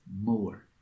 more